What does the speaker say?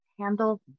handle